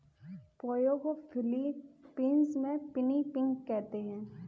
पोहे को फ़िलीपीन्स में पिनीपिग कहते हैं